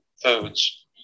foods